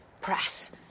press